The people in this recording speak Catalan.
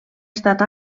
estat